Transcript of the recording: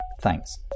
Thanks